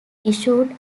issued